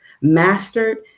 mastered